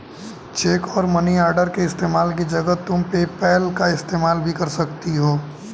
check और money order के इस्तेमाल की जगह तुम पेपैल का इस्तेमाल भी कर सकती हो